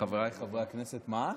חבריי חברי הכנסת, מה?